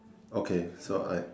okay so I